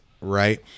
right